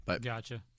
Gotcha